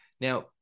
Now